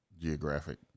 geographic